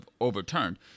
overturned